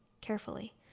carefully